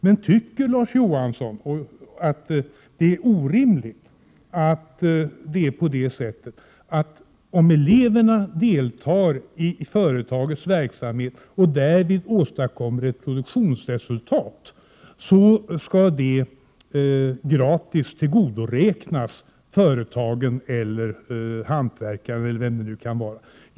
Men tycker Larz Johansson att det är orimligt att det tillgodoräknas företaget eller hantverkaren om eleverna deltar i företagets verksamhet och därvid åstadkommer ett produktionsresultat?